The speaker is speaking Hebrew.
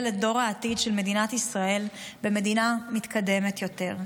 את דור העתיד של מדינת ישראל במדינה מתקדמת יותר,